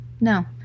no